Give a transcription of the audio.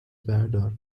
بردار